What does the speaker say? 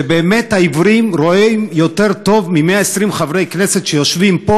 שבאמת העיוורים רואים יותר טוב מ-120 חברי הכנסת שיושבים פה,